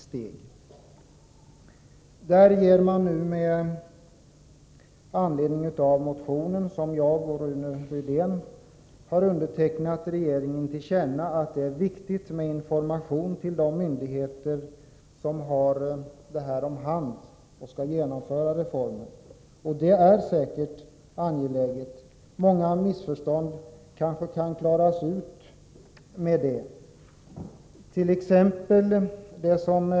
Man ger med anledning av den motion som jag och Rune Rydén m.fl. har undertecknat regeringen till känna att det är viktigt med information till de myndigheter som har genomförandet av reformen om hand. Det är säkert angeläget. Många missförstånd kanske kan klaras ut med det.